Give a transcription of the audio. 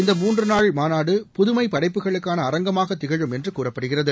இந்த மூன்று நாள் மாநாடு புதுமைப்படைப்புகளுக்கான அரங்கமாக திகழும் என்று கூறப்படுகிறது